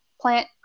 plant